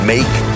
Make